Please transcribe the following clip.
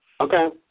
okay